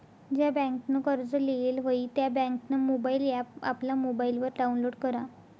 ज्या बँकनं कर्ज लेयेल व्हयी त्या बँकनं मोबाईल ॲप आपला मोबाईलवर डाऊनलोड करा